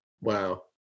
Wow